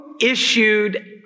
issued